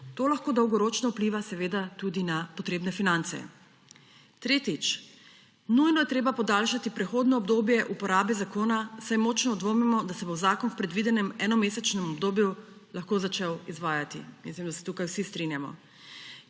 To lahko dolgoročno vpliva seveda tudi na potrebne finance. Tretjič, nujno je treba podaljšati prehodno obdobje uporabe zakona, saj močno dvomimo, da se bo zakon v predvidenem enomesečnem obdobju lahko začel izvajati. Mislim, da se tukaj vsi strinjamo.